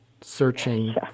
searching